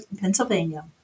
Pennsylvania